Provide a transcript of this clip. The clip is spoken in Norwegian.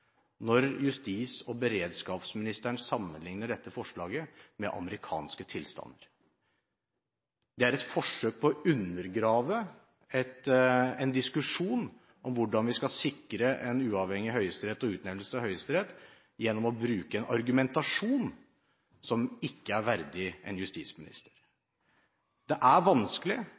når justis- og beredskapsministeren sammenligner dette forslaget med «amerikanske tilstander». Det er et forsøk på å undergrave en diskusjon om hvordan vi skal sikre en uavhengig høyesterett og utnevnelse til Høyesterett gjennom å bruke en argumentasjon som ikke er verdig en justisminister. Det er vanskelig